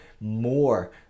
more